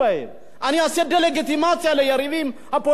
אני אעשה דה-לגיטימציה ליריבים הפוליטיים שלי,